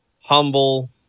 humble